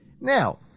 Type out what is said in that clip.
Now